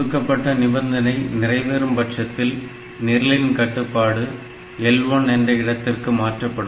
கொடுக்கப்பட்ட நிபந்தனை நிறைவேறும் பட்சத்தில் நிரலின் கட்டுப்பாடு L1 என்ற இடத்திற்கு மாற்றப்படும்